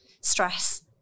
stress